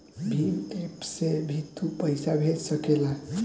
Bhim app से भी तू पईसा भेज सकेला